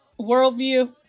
worldview